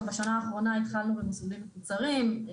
גם בשנה האחרונה התחלנו במסלולים מקוצרים,